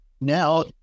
now